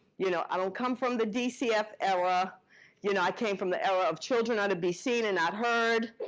you know, i don't come from the dcf era you know i came from the era of children ought to be seen and not heard.